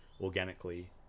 organically